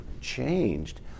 changed